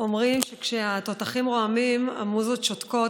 אומרים שכשהתותחים רועמים המוזות שותקות,